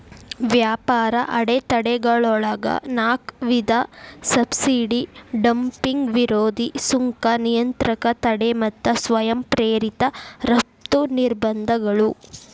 ವ್ಯಾಪಾರ ಅಡೆತಡೆಗಳೊಳಗ ನಾಕ್ ವಿಧ ಸಬ್ಸಿಡಿ ಡಂಪಿಂಗ್ ವಿರೋಧಿ ಸುಂಕ ನಿಯಂತ್ರಕ ತಡೆ ಮತ್ತ ಸ್ವಯಂ ಪ್ರೇರಿತ ರಫ್ತು ನಿರ್ಬಂಧಗಳು